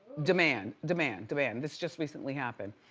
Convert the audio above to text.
demand, demand, demand. this just recently happened.